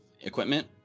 equipment